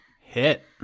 hit